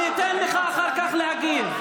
אני אתן לך אחר כך להגיב.